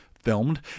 Filmed